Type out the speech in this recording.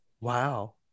wow